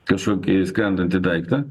kažkokį skrendantį daiktą